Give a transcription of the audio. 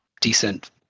decent